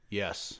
yes